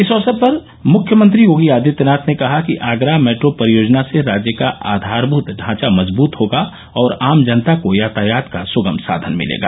इस अवसर पर मुख्यमंत्री योगी आदित्यनाथ ने कहा कि आगरा मेट्रो परियोजना से राज्य का आधारभूत ढांचा मजबूत होगा और आम जनता को यातायात का सुगम साधन मिलेगा